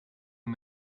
you